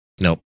Nope